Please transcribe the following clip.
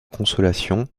consolation